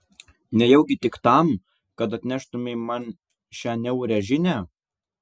nejaugi tik tam kad atneštumei man šią niaurią žinią